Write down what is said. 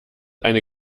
eine